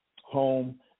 home